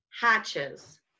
hatches